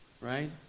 Right